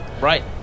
Right